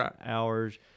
hours